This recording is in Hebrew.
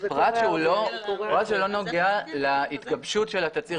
פרט שלא נוגע להתגבשות של התצהיר כתצהיר.